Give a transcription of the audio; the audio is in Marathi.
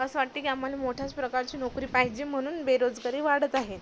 असं वाटते की आम्हाला मोठ्याच प्रकारची नोकरी पाहिजे म्हणून बेरोजगारी वाढत आहे